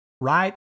right